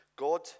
God